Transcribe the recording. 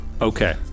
Okay